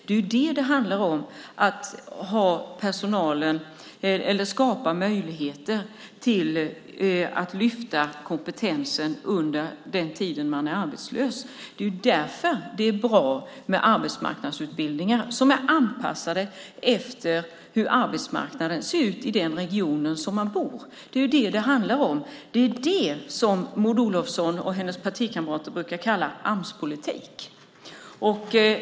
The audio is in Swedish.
Därför måste det skapas möjligheter att höja kompetensen under den tid man är arbetslös. Det är därför det är bra med arbetsmarknadsutbildningar som är anpassade efter hur arbetsmarknaden ser ut i den region man bor. Det är det som Maud Olofsson och hennes partikamrater brukar kalla Amspolitik.